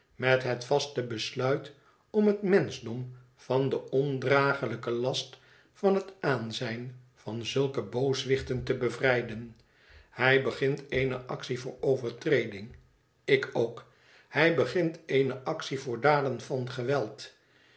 met het vaste besluit om het menschdom van den ondraaglijken last van het aanzijn van zulke booswichten te bevrijden hij begint eene actie voor overtreding ik ook hij begint eene actie voor daden van geweld